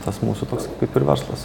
tas mūsų toks kaip ir verslas